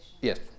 Yes